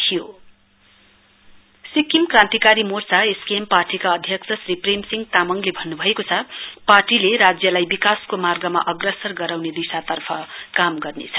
SKM Sikkim Krantikari Morcha SKM पार्टीका अध्यक्ष श्री प्रेम सिहं तामङले भन्न्भएको छ पार्टीले राज्यलाई विकासको मार्गमा अग्रसर गराउने दिशातर्फ काम गर्नेछ